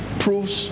proves